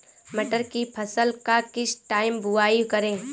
मटर की फसल का किस टाइम बुवाई करें?